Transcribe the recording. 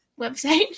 website